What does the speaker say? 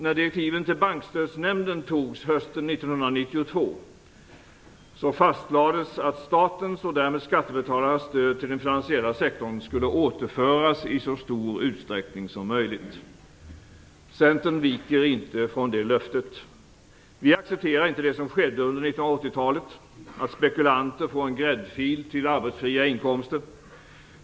När direktiven till Bankstödsnämnden antogs hösten 1992 fastlades att statens och därmed skattebetalarnas stöd till den finansiella sektorn skulle återföras i så stor utsträckning som möjligt. Centern viker inte från det löftet. Vi accepterar inte det som skedde under 1980-talet, dvs. att spekulanter får en gräddfil till arbetsfria inkomster.